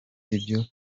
ibyo